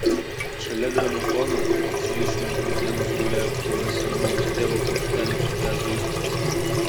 šalia gramofono iš vyšnių medienos gulėjo krūva senų jos tėvo plokštelių su džiazo įrašais